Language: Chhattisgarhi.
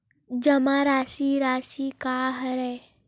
जमा राशि राशि का हरय?